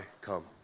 come